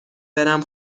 برم